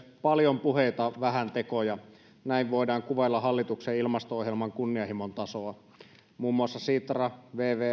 paljon puheita vähän tekoja näin voidaan kuvailla hallituksen ilmasto ohjelman kunnianhimon tasoa muun muassa sitra